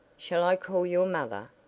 shall i call your mother?